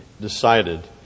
decided